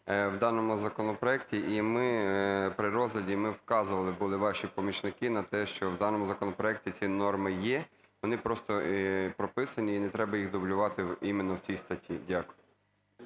в даному законопроекті. І ми, при розгляді ми вказували, були ваші помічники, на те, що даному законопроекті ці норми є, вони просто прописані, і не треба їх дублювати іменно в цій статті. Дякую.